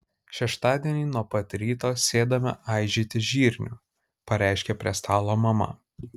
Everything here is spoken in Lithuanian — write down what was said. šeštadienį nuo pat ryto sėdame aižyti žirnių pareiškė prie stalo mama